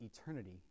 eternity